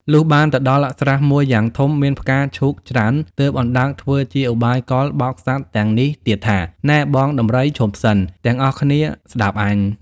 លុះបានទៅដល់ស្រះមួយយ៉ាងធំមានផ្កាឈូកច្រើនទើប អណ្ដើកធ្វើជាឧបាយកលបោកសត្វទាំងនេះទៀតថា៖ "នែបងដំរីឈប់សិន! ទាំងអស់គ្នាស្តាប់អញ។